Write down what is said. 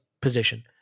position